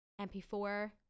MP4